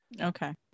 Okay